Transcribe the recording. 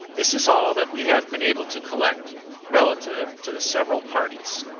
this is all that we have been able to collect relative to the several parties